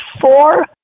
four